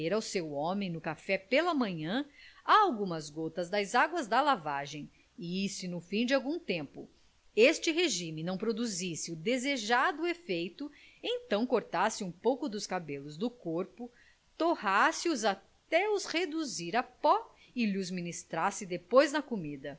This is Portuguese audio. ao seu homem no café pela manhã algumas gotas das águas da lavagem e se no fim de algum tempo este regime não produzisse o desejado efeito então cortasse um pouco dos cabelos do corpo torrasse os até os reduzir a pó e lhos ministrasse depois na comida